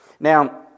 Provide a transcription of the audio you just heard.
Now